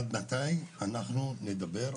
עד מתי אנחנו נדבר?